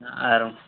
না আরো